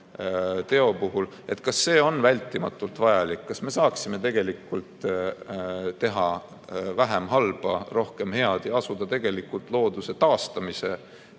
teo puhul, et kas see on vältimatult vajalik, kas me saaksime tegelikult teha vähem halba, rohkem head ja asuda looduse taastamise